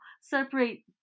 separate